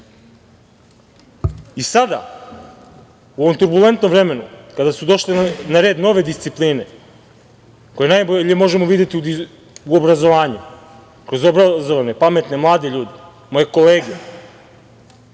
u ovom turbulentnom vremenu, kada su došle na red nove discipline, koje najbolje možemo videti u obrazovanju, kroz obrazovane, pametne, mlade ljude, moje kolege